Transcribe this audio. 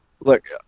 Look